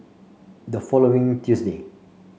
the following Tuesday